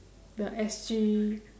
the S_G